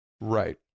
Right